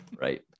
Right